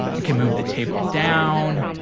ah can move the table down,